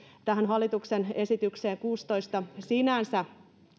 tähän hallituksen esitykseen kuusitoista sinänsä